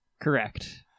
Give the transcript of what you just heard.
Correct